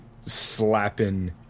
slapping